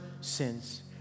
sins